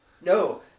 No